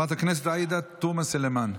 חברת הכנסת עאידה תומא סלימאן.